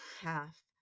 half